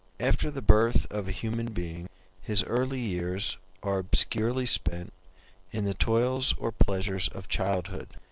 after the birth of a human being his early years are obscurely spent in the toils or pleasures of childhood.